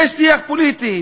יש שיח פוליטי,